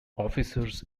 officers